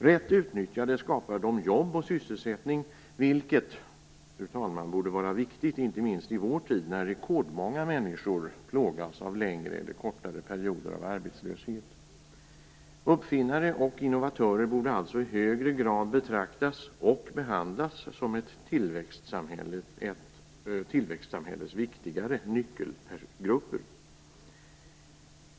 Rätt utnyttjade skapar de jobb och sysselsättning, vilket, fru talman, borde vara viktigt inte minst i vår tid när rekordmånga människor plågas av längre eller kortare perioder av arbetslöshet. Uppfinnare och innovatörer borde alltså i högre grad betraktas och behandlas som ett tillväxtsamhälles viktigare nyckelgrupper.